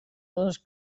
les